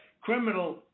criminal